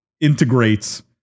integrates